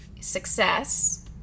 success